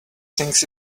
thinks